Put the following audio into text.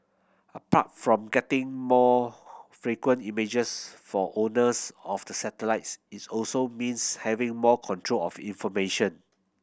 apart from getting more frequent images for owners of the satellites it's also means having more control of information